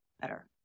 better